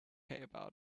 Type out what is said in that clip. about